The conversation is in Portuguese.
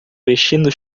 vestindo